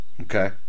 Okay